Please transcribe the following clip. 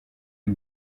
une